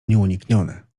nieuniknione